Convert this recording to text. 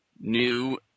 new